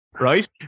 Right